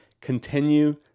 continue